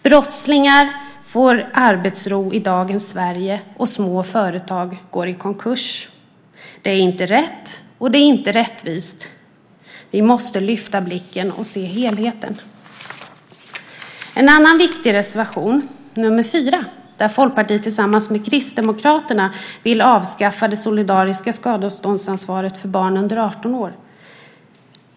Brottslingar får arbetsro i dagens Sverige, och små företag går i konkurs. Det är inte rätt, och det är inte rättvist. Vi måste lyfta blicken och se helheten. En annan viktig reservation är nr 4, där Folkpartiet tillsammans med Kristdemokraterna skriver om att man vill avskaffa det solidariska skadeståndsansvaret för barn under 18 år.